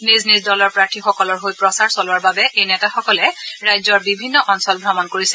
নিজ নিজ দলৰ প্ৰাৰ্থিসকলৰ হৈ প্ৰচাৰ চলোৱাৰ বাবে এই নেতাসকলে ৰাজ্যৰ বিভিন্ন অঞ্চল ভ্ৰমণ কৰিছে